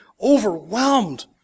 overwhelmed